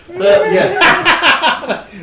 Yes